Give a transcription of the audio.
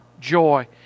joy